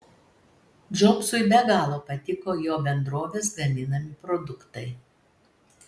džobsui be galo patiko jo bendrovės gaminami produktai